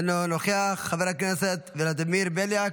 אינו נוכח, חבר הכנסת ולדימיר בליאק,